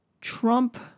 Trump